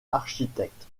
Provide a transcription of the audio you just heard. architecte